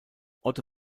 otto